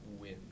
win